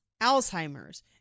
Alzheimer's